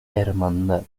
hermandad